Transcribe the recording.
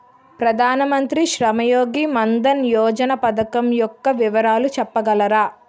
ప్రధాన మంత్రి శ్రమ్ యోగి మన్ధన్ యోజన పథకం యెక్క వివరాలు చెప్పగలరా?